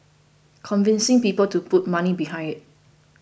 convincing people to put money behind it